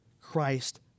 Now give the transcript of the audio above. Christ